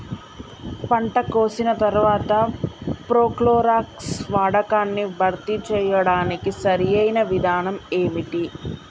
పంట కోసిన తర్వాత ప్రోక్లోరాక్స్ వాడకాన్ని భర్తీ చేయడానికి సరియైన విధానం ఏమిటి?